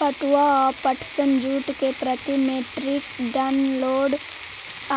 पटुआ या पटसन, जूट के प्रति मेट्रिक टन लोड